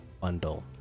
bundle